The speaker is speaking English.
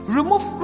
Remove